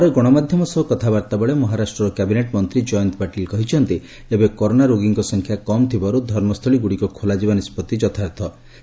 ପରେ ଗଣମାଧ୍ୟମ ସହ କଥାବାର୍ତ୍ତା ବେଳେ ମହାରାଷ୍ଟ୍ରର କ୍ୟାବିନେଟ୍ ମନ୍ତ୍ରୀ ଜୟନ୍ତ ପାଟିଲ କହିଛନ୍ତି ଏବେ କରୋନା ରୋଗୀଙ୍କ ସଂଖ୍ୟା କମ୍ ଥିବାରୁ ଧର୍ମସ୍ତୁଳୀଗୁଡ଼ିକ ଖୋଲାଯିବା ନିଷ୍କଭି ଯଥାର୍ଥ ଅଟେ